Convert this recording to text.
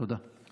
תודה.